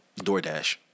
DoorDash